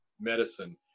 medicine